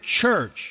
church